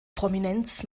prominenz